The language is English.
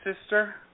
sister